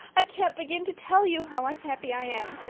i can't begin to tell you how unhappy i am.